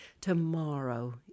tomorrow